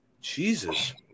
Jesus